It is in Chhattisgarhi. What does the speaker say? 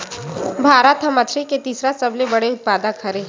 भारत हा मछरी के तीसरा सबले बड़े उत्पादक हरे